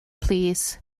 plîs